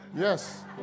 Yes